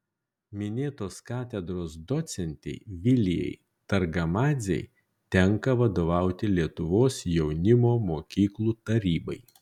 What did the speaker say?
minėtos katedros docentei vilijai targamadzei tenka vadovauti lietuvos jaunimo mokyklų tarybai